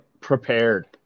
prepared